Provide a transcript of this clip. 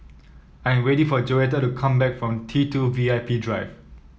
I am waiting for Joetta to come back from T two V I P Drive